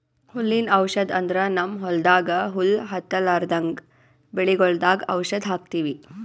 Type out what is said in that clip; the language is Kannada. ಹುಲ್ಲಿನ್ ಔಷಧ್ ಅಂದ್ರ ನಮ್ಮ್ ಹೊಲ್ದಾಗ ಹುಲ್ಲ್ ಹತ್ತಲ್ರದಂಗ್ ಬೆಳಿಗೊಳ್ದಾಗ್ ಔಷಧ್ ಹಾಕ್ತಿವಿ